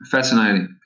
Fascinating